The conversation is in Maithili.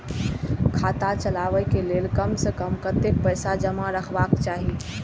खाता चलावै कै लैल कम से कम कतेक पैसा जमा रखवा चाहि